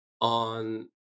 on